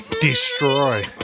Destroy